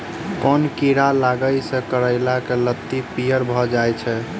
केँ कीड़ा लागै सऽ करैला केँ लत्ती पीयर भऽ जाय छै?